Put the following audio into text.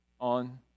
on